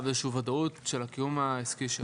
איזו שהיא ודאות של הקיום העסקי שלנו.